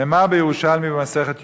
נאמר בירושלמי, במסכת יומא: